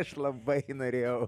aš labai norėjau